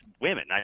women